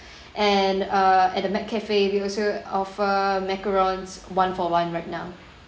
and uh at the McCafe we also offer macarons one for one right now